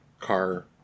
Car